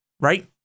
Right